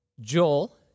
Joel